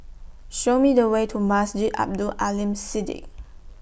Show Me The Way to Masjid Abdul Aleem Siddique